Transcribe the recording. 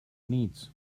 needs